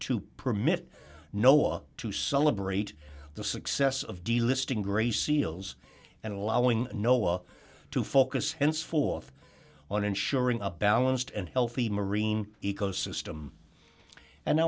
to permit noah to celebrate the success of delisting gray seals and allowing noah to focus henceforth on ensuring a balanced and healthy marine ecosystem and